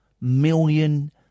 million